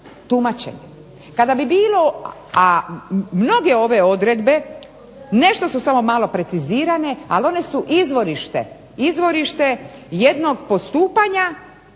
tumačenje. Kada bi bilo, a mnoge ove odredbe nešto su samo malo precizirane, ali one su izvorište, izvorište jednog postupanja